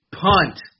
punt